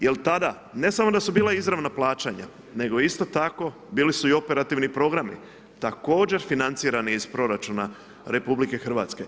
Jel tada, ne samo da su bila izravna plaćanja, nego isto tako bili su i operativni programi, također financirani iz proračuna RH.